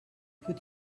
faut